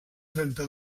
trenta